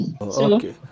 Okay